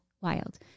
Wild